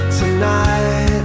tonight